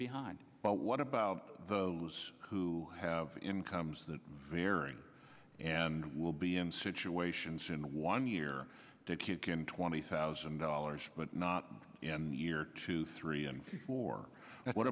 behind but what about those who have incomes that vary and will be in situations in one year to kick in twenty thousand dollars but not in year two three and four and what